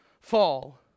fall